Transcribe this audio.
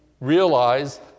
realize